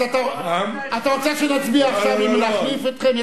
בסדר גמור, אתה רוצה שנצביע עכשיו אם להחליף אתכם?